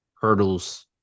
hurdles